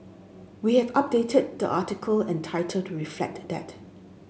we have updated the article and title to reflect that